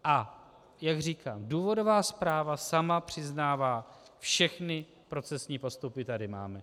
A jak říkám, důvodová zpráva sama přiznává, všechny procesní postupy tady máme.